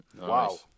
Wow